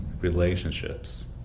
relationships